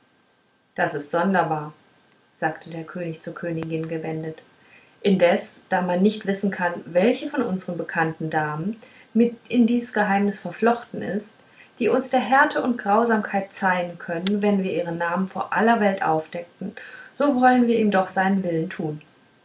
das ist sonderbar sagte der könig zur königin gewendet indes da man nicht wissen kann welche von unsern bekannten damen mit in dies geheimnis verflochten ist die uns der härte und grausamkeit zeihen könnte wenn wir ihren namen vor aller welt aufdeckten so wollen wir ihm schon seinen willen tun